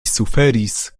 suferis